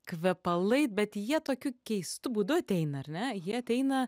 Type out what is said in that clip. kvepalai bet jie tokiu keistu būdu ateina ar ne jie ateina